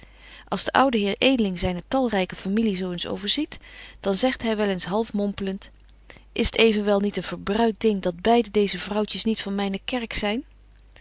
de oude heer edeling zyne talryke familie zo eens overziet dan zegt hy wel eens half mompelent is t evenwel niet een verbruit ding dat beide deeze vrouwtjes niet van myne kerk zyn